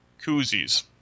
Koozies